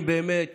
האם באמת